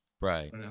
Right